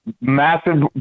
massive